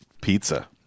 pizza